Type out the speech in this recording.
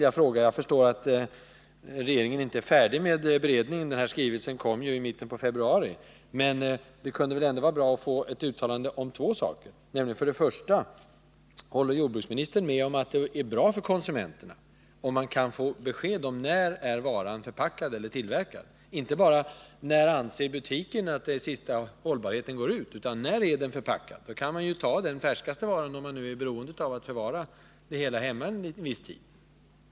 Jag förstår att regeringen inte är färdig med beredningen av ärendet — den här skrivelsen kom ju i mitten av februari — men det kunde ändå vara bra att få veta två saker: Håller jordbruksministern med om att det är bra för konsumenterna att få besked om när varan är tillverkad eller förpackad? Alltså inte bara ett svar på frågan: När anser butiken att tiden för hållbarheten går ut? Då kan man som konsument välja den färskaste varan, t.ex. om man är beroende av att bevara den hemma en viss tid.